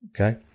Okay